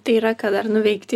tai yra ką dar nuveikti